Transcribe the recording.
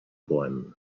bäumen